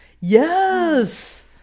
Yes